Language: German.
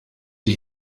die